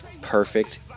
perfect